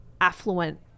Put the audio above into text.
affluent